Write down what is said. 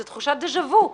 זו תחושת דז'ה וו.